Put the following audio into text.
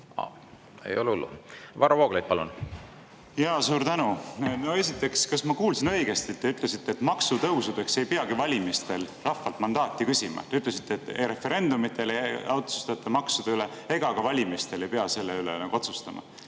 Ei ole hullu. Varro Vooglaid, palun! Suur tänu! Esiteks, kas ma kuulsin õigesti, et te ütlesite, et maksutõusudeks ei peagi valimistel rahvalt mandaati küsima? Te ütlesite, et ei referendumitel ei otsustata maksude üle ega ka valimistel ei pea selle üle otsustama.